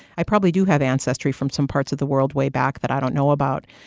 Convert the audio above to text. i probably do have ancestry from some parts of the world way back that i don't know about,